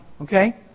Okay